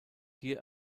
hier